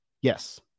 Yes